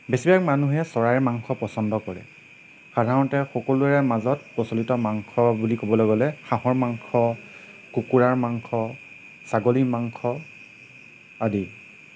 বেছি ভাগ মানুহে চৰাইৰ মাংস পচন্দ কৰে সাধাৰণতে সকলোৰে মাজত প্ৰচলিত মাংস বুলি ক'বলৈ গ'লে হাঁহৰ মাংস কুকুৰাৰ মাংস ছাগলীৰ মাংস আদি